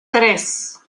tres